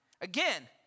again